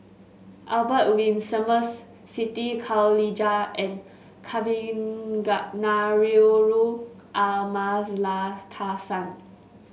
Albert Winsemius Siti Khalijah and Kavignareru Amallathasan